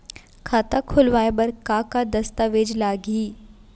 खाता खोलवाय बर का का दस्तावेज लागही?